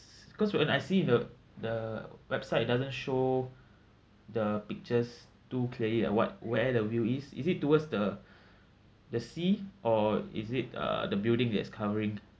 cause when I see the the website doesn't show the pictures too clearly like what where the view is is it towards the the sea or is it uh the building that is covering